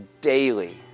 daily